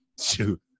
shoot